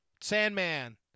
Sandman